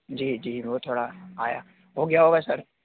जी जी वह थोड़ा आया हो गया होगा सर